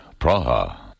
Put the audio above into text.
Praha